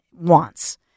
wants